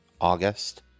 August